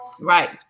Right